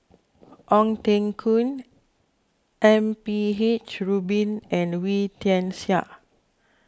Ong Teng Koon M P H Rubin and Wee Tian Siak